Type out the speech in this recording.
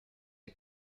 are